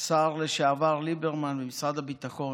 השר לשעבר ליברמן במשרד הביטחון,